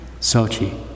Sochi